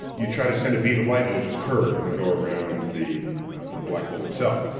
you try to send a beam of light, it'll just curve and go around the the black hole itself.